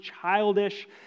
childish